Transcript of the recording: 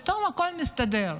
פתאום הכול מסתדר.